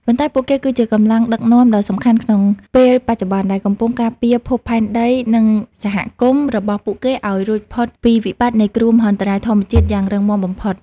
ប៉ុន្តែពួកគេគឺជាកម្លាំងដឹកនាំដ៏សំខាន់ក្នុងពេលបច្ចុប្បន្ន ដែលកំពុងការពារភពផែនដី និងសហគមន៍របស់ពួកគេឱ្យរួចផុតពីវិបត្តិនៃគ្រោះមហន្តរាយធម្មជាតិយ៉ាងរឹងមាំបំផុត។